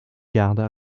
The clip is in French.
garde